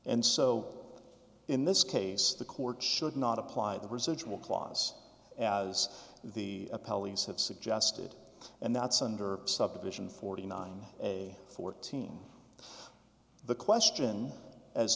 and so in this case the court should not apply the residual clause as the appellee as have suggested and that's under subdivision forty nine a fourteen the question as